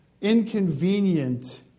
Inconvenient